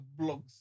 blogs